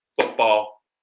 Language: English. Football